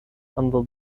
under